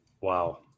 Wow